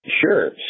Sure